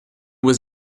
was